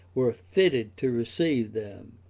were fitted to receive them